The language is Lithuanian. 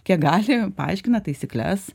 kiek gali paaiškina taisykles